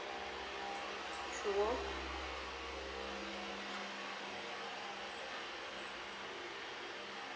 true